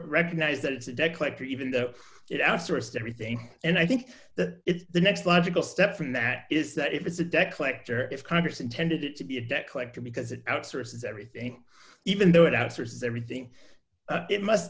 recognize that it's a debt collector even though it outsourced everything and i think that it's the next logical step from that is that if it's a deck collector if congress intended it to be a debt collector because it outsources everything even though it outsources everything it must